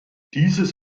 dieses